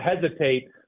hesitate